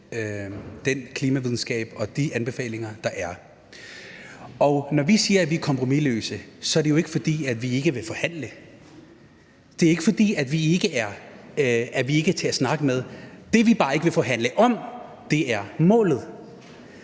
den klimavidenskab og de anbefalinger, der er. Og når vi siger, at vi er kompromisløse, er det jo ikke, fordi vi ikke vil forhandle. Det er ikke, fordi vi ikke er til at snakke med. Det, vi bare ikke vil forhandle om, er målet.